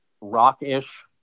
rock-ish